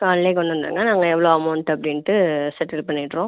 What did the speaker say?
காலைலே கொண்டு வந்துருங்க நாங்கள் எவ்வளோ அமௌண்ட் அப்படின்ட்டு செட்டில் பண்ணிடுறோம்